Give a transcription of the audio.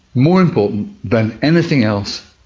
more important than anything else,